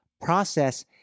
Process